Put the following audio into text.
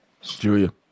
Julia